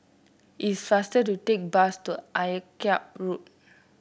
it's faster to take the bus to Akyab Road